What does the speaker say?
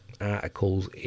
articles